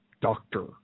doctor